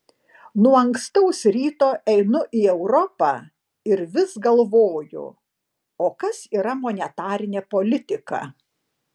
nuo ankstaus ryto einu į europą ir vis galvoju o kas yra monetarinė politika